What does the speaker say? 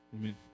Amen